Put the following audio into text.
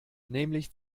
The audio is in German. nämlich